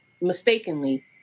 mistakenly